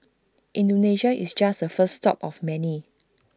Indonesia is just the first stop of many